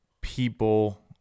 people